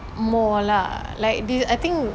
more lah like this I think